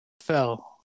fell